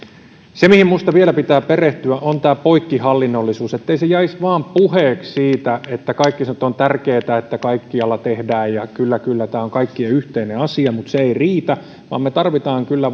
se mihin minusta vielä pitää perehtyä on tämä poikkihallinnollisuus ettei se jäisi vain puheeksi että kaikki sanovat että on tärkeätä että kaikkialla tehdään ja kyllä kyllä tämä on kaikkien yhteinen asia se ei riitä vaan me tarvitsemme siihen kyllä